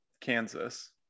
kansas